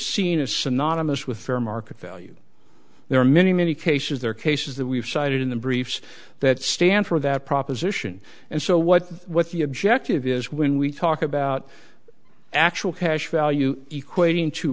seen as synonymous with fair market value there are many many cases there are cases that we've cited in the briefs that stand for that proposition and so what what the objective is when we talk about actual cash value equat